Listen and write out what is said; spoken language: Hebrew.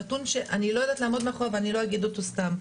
נתון שאני לא יודעת לעמוד מאחוריו - אני לא אגיד אותו סתם.